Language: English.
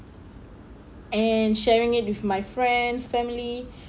and sharing it with my friends family